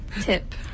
tip